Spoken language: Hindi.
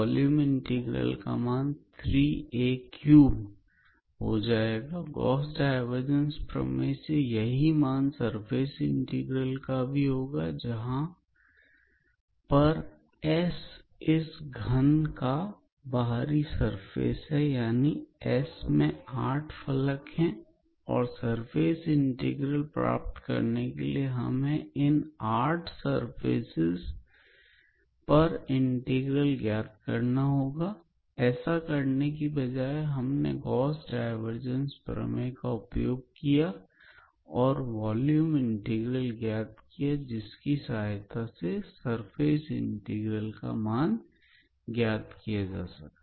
वॉल्यूम इंटीग्रल का मान है 3a3 है गॉस डाइवर्जंस प्रमेय से यही मान सरफेस इंटीग्रल का भी होगा जहां पर S इस घन का बाहरी सरफेस है यानी एस में 8 फलक हैं और सर्फेस इंटीग्रल प्राप्त करने के लिए हमें इन 8 सर्फेस इंटीग्रल को ज्ञात करना होगा ऐसा करने के बजाय हमने गॉस डाइवर्जंस प्रमेय का उपयोग किया और वॉल्यूम इंटीग्रल ज्ञात किया जिसकी सहायता से सर्फेस इंटीग्रल का मान ज्ञात किया जा सका